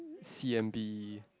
c_m_b